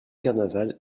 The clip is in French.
carnaval